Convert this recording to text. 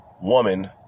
woman